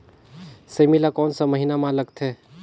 सेमी ला कोन सा महीन मां लगथे?